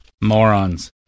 Morons